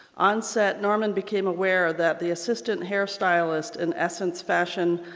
on set, norman became aware that the assistant hair stylist in essence fashion